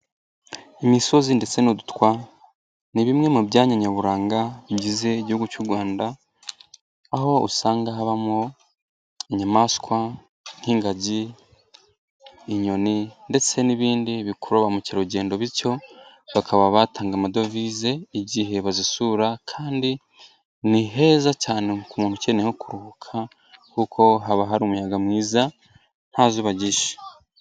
Imisozi ndetse n'udutwa ni bimwe mu byanya nyaburanga bigize igihugu cy'u Rwanda, aho usanga habamo inyamaswa nk'ingagi, inyoni ndetse n'ibindi bikurura ba mukerarugendo bityo bakaba batanga amadovize igihe bazisura kandi niheza cyane ku muntu ukeneye kuruhuka kuko haba hari umuyaga mwiza nta zuba rshe.